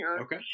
Okay